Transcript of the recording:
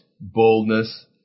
boldness